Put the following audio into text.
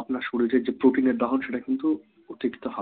আপনার শরীরে যে প্রোটিনের দাহন সেটা কিন্তু অতিরিক্ত হবে